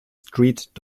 street